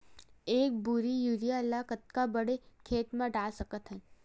एक बोरी यूरिया ल कतका बड़ा खेत म डाल सकत हन?